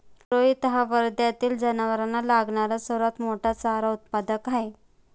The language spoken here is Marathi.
रोहित हा वर्ध्यातील जनावरांना लागणारा सर्वात मोठा चारा उत्पादक आहे